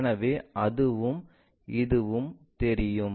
எனவே அதுவும் இதுவும் தெரியும்